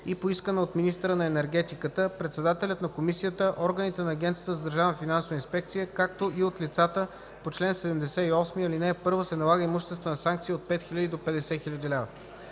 и поискана от министъра на енергетиката, председателя на Комисията, органите на Агенцията за държавна финансова инспекция, както и от лицата по чл. 78, ал. 1, се налага имуществена санкция от 5000 до 50 000 лв.”